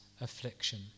affliction